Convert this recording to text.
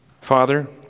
Father